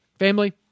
Family